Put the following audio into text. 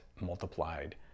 multiplied